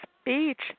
speech